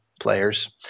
players